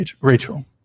Rachel